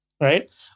Right